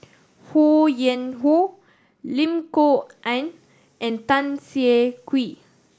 Ho Yuen Hoe Lim Kok Ann and Tan Siah Kwee